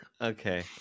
Okay